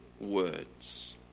words